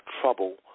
trouble